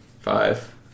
Five